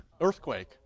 earthquake